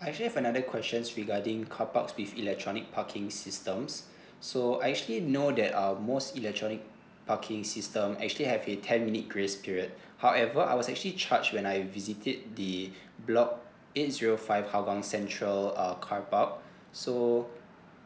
actually I have another questions regarding the carparks with electronic parking systems so I actually know that uh most electronic parking system actually have a ten minute grace period however I was actually charged when I visit the block eight zero five hougang central uh carpark so